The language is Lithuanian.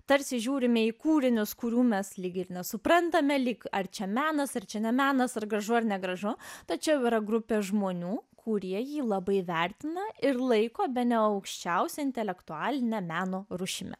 tarsi žiūrime į kūrinius kurių mes lyg ir nesuprantame lyg ar čia menas ar čia ne menas ar gražu ar negražu tačiau yra grupė žmonių kurie jį labai vertina ir laiko bene aukščiausia intelektualine meno rūšimi